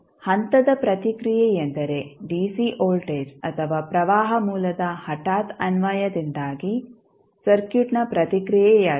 ಆದ್ದರಿಂದ ಹಂತದ ಪ್ರತಿಕ್ರಿಯೆ ಎಂದರೆ ಡಿಸಿ ವೋಲ್ಟೇಜ್ ಅಥವಾ ಪ್ರವಾಹ ಮೂಲದ ಹಠಾತ್ ಅನ್ವಯದಿಂದಾಗಿ ಸರ್ಕ್ಯೂಟ್ನ ಪ್ರತಿಕ್ರಿಯೆಯಾಗಿದೆ